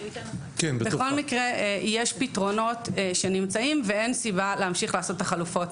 בכל מקרה יש פתרונות שנמצאים ואין סיבה להמשיך לעשות את החלופות.